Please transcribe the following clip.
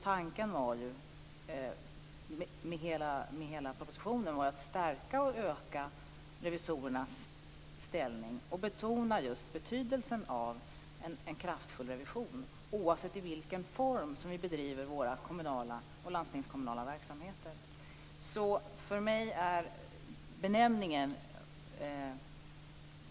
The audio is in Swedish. Tanken med hela propositionen var att stärka och öka revisorernas ställning och betona betydelsen av en kraftfull revision, oavsett i vilken form de kommunala och landstingskommunala verksamheterna bedrivs.